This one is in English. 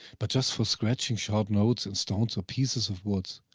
but just for scratching short notes in stones or pieces of woods.